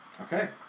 Okay